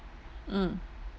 mm